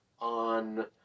on